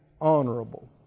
honorable